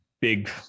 big